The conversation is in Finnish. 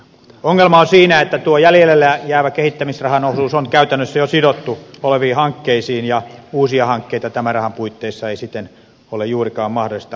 ongelma on siinä että tuo jäljelle jäävä kehittämisrahan osuus on käytännössä jo sidottu olemassa oleviin hankkeisiin ja uusia hankkeita tämän rahan puitteissa ei siten ole juurikaan mahdollista toteuttaa